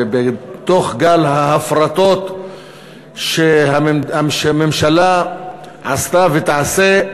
ובתוך גל ההפרטות שהממשלה עשתה ותעשה,